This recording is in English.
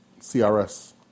CRS